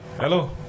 Hello